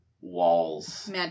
walls